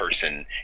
person